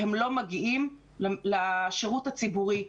הם לא מגיעים לשירות הציבורי.